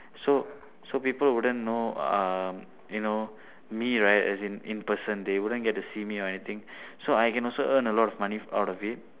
so so people wouldn't know uh you know me right as in in person they wouldn't get to see me or anything so I can also earn a lot of money out of it